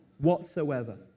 whatsoever